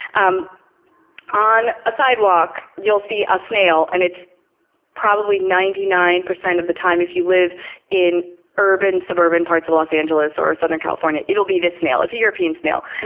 um on a sidewalk you'll see a snail. and it's probably ninety nine percent of the time, if you live in urban suburban parts of los angeles or southern california, it'll be this snail. it's a european snail.